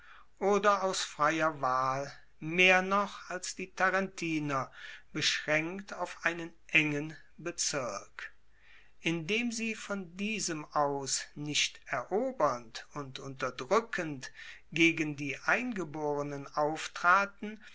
oder aus freier wahl mehr noch als die tarentiner beschraenkt auf einen engen bezirk indem sie von diesem aus nicht erobernd und unterdrueckend gegen die eingeborenen auftraten